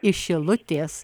iš šilutės